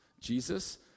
Jesus